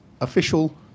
official